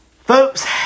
Folks